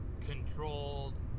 controlled